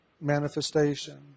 manifestation